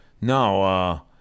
No